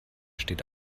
steht